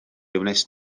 wnest